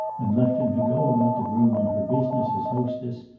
and left him to go about the room on her business as hostess,